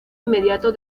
inmediato